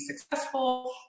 successful